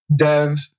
devs